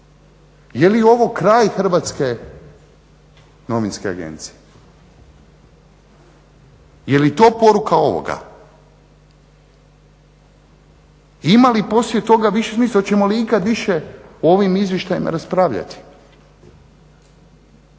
Je li ovo kraj Hrvatske novinske agencije? Je li to poruka ovoga? Ima li poslije toga, hoćemo li ikad više o ovim izvještajima raspravljati?